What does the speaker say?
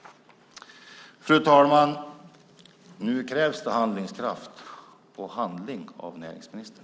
Fru talman! Nu krävs det handlingskraft och handling av näringsministern.